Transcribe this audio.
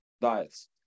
diets